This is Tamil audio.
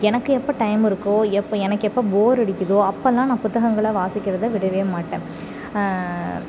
எனக்கு எப்போ டைம் இருக்கோ எப்போது எனக்கு எப்போ போர் அடிக்கிதோ அப்போலான் நான் புத்தகங்களை வாசிக்கிறதை விடவே மாட்டேன்